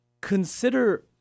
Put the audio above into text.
consider